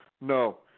No